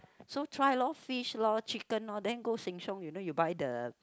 so try lor fish lor chicken lor then go Sheng-Siong you know you buy the